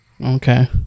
Okay